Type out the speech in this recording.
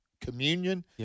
communion